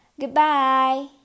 Goodbye